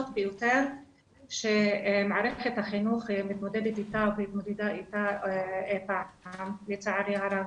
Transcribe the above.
ביותר שמערכת החינוך מתמודדת והתמודדה איתה אי פעם לצערי הרב.